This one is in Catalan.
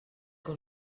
que